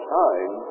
time